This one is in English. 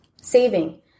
saving